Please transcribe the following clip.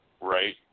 right